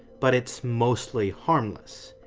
but it's mostly harmless.